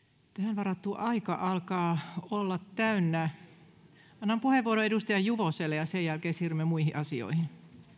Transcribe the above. tähän varattu aika alkaa olla täynnä annan puheenvuoron edustaja juvoselle ja sen jälkeen siirrymme muihin asioihin